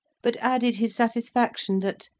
but added his satisfaction that,